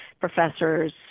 professors